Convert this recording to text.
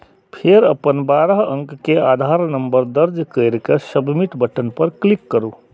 फेर अपन बारह अंक के आधार नंबर दर्ज कैर के सबमिट बटन पर क्लिक करू